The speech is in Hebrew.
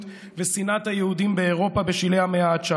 ושנאת היהודים באירופה בשלהי המאה ה-19.